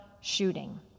shooting